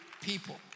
people